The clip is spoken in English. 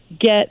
get